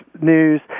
News